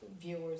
viewers